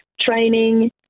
training